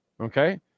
Okay